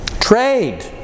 Trade